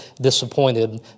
disappointed